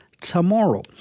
tomorrow